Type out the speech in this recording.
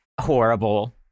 horrible